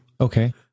Okay